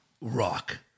Rock